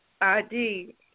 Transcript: ID